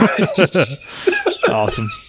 Awesome